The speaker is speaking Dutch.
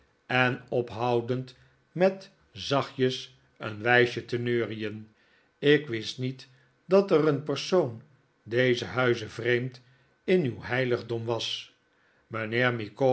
en ophoudend met zachtjes een wijsje te neurien ik wist niet dat er een persoon dezen huize vreemd in uw heifigdom was